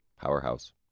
Powerhouse